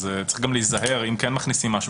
צריך גם להיזהר - אם כן מכניסים משהו